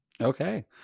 okay